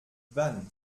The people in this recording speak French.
vannes